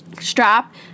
strap